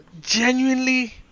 genuinely